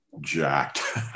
jacked